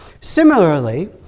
Similarly